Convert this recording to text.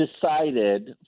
decided